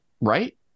Right